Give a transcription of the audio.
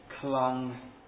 clung